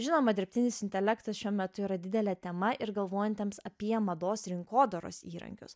žinoma dirbtinis intelektas šiuo metu yra didelė tema ir galvojantiems apie mados rinkodaros įrankius